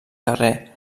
carrer